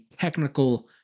technical